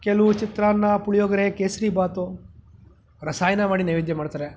ಕೆಲವು ಚಿತ್ರಾನ್ನ ಪುಳಿಯೋಗರೆ ಕೇಸರಿಭಾತು ರಸಾಯನ ಮಾಡಿ ನೈವೇದ್ಯ ಮಾಡ್ತಾರೆ